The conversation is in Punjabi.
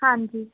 ਹਾਂਜੀ